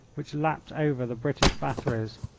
which lapped over the british batteries.